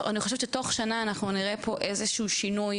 אני חושבת שתוך שנה אנחנו נראה פה איזשהו שינוי